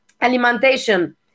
alimentation